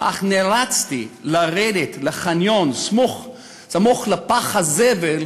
אך נאלצתי לרדת לחניון סמוך לפח הזבל